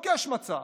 לא כהשמצה,